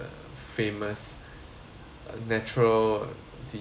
uh famous natural the